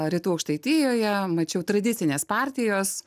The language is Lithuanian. rytų aukštaitijoje mačiau tradicinės partijos